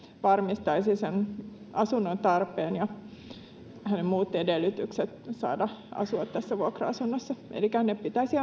varmistaisi sen asunnon tarpeen ja ne muut edellytykset saada asua tässä vuokra asunnossa elikkä ne asumisoikeudet pitäisi